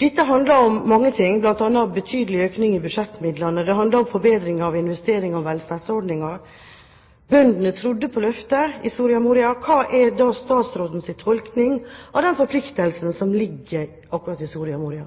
Dette handler om mange ting, bl.a. betydelig økning i budsjettmidlene. Det handler om forbedring av investerings- og velferdsordningen. Bøndene trodde på løftet i Soria Moria. Hva er statsrådens tolkning av den forpliktelsen som ligger akkurat i Soria Moria?